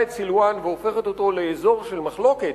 את סילואן והופכת אותו לאזור של מחלוקת.